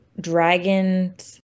dragons